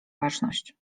baczność